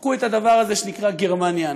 מחקו את הדבר הזה שנקרא גרמניה הנאצית.